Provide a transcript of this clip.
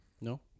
No